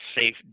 safe